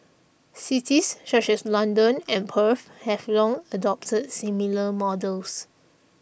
cities such as London and Perth have long adopted similar models